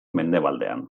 mendebaldean